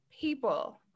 people